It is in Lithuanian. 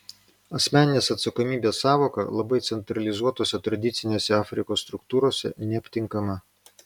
asmeninės atsakomybės sąvoka labai centralizuotose tradicinėse afrikos struktūrose neaptinkama